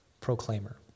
proclaimer